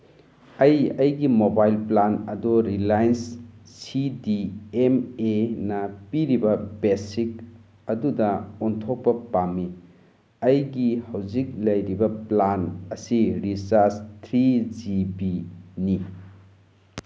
ꯑꯩ ꯑꯩꯒꯤ mobile plan ꯑꯗꯨ ꯔꯤꯂꯥꯏꯟꯁ ꯁꯤ ꯗꯤ ꯑꯦꯝ ꯑꯦꯅ ꯄꯤꯔꯤꯕ ꯕꯦꯁꯤꯛ ꯑꯗꯨꯗ ꯑꯣꯟꯊꯣꯛꯄ ꯄꯥꯝꯃꯤ ꯑꯩꯒꯤ ꯍꯧꯖꯤꯛ ꯂꯩꯔꯤꯕ ꯄ꯭ꯂꯥꯟ ꯑꯁꯤ ꯔꯤꯆꯥꯔꯖ ꯊ꯭ꯔꯤ ꯖꯤ ꯕꯤꯅꯤ